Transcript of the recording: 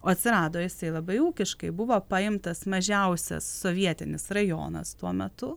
o atsirado jisai labai ūkiškai buvo paimtas mažiausias sovietinis rajonas tuo metu